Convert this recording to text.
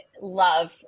love